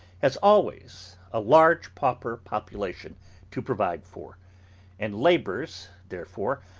has always a large pauper population to provide for and labours, therefore,